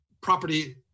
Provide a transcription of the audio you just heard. property